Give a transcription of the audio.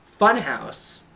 Funhouse